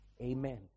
amen